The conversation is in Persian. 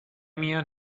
میان